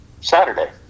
Saturday